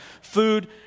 Food